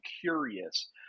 curious